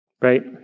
right